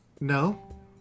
No